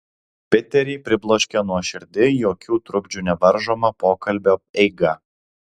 piterį pribloškė nuoširdi jokių trukdžių nevaržoma pokalbio eiga